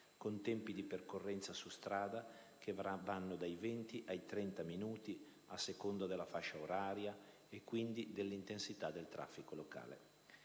con tempi di percorrenza su strada che vanno dai 20 ai 30 minuti (a seconda della fascia oraria e, quindi, dell'intensità del traffico stradale).